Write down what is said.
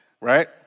right